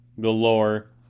galore